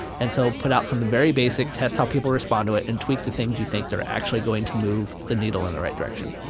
and so put out something very basic, test how people respond to it and tweak the things you think that are actually going to move the needle in the right direction.